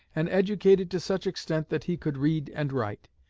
and educated to such extent that he could read and write.